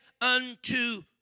unto